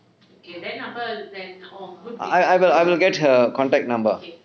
I I will I will get her contact number